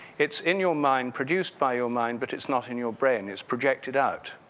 it's in your mind, produced by your mind but it's not in your brain. it's projected out.